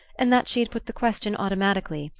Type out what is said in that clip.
and that she had put the question automatically,